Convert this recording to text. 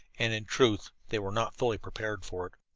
and in truth they were not fully prepared for it.